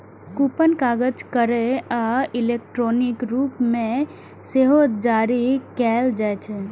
coupon कागज केर आ इलेक्ट्रॉनिक रूप मे सेहो जारी कैल जाइ छै